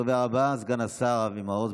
הדובר הבא, סגן השר אבי מעוז,